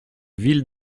ville